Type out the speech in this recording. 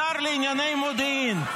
אני עונה לך.